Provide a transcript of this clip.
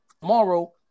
tomorrow